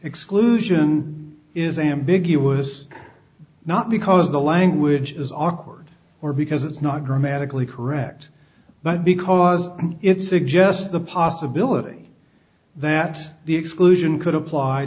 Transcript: exclusion is ambiguous not because the language is awkward or because it's not grammatically correct but because it suggests the possibility that the exclusion could apply